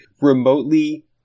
remotely